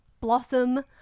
blossom